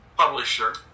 Publisher